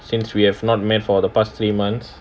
since we have not met for the past three months